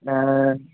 ஆ